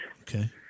Okay